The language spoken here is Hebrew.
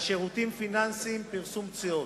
על שירותים פיננסיים, פרסום תשואות.